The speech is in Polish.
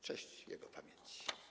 Cześć jego pamięci!